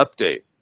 update